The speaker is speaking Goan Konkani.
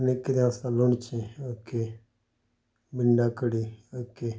आनी किदें आसता लोणचें ओके बिंडां कडी ओके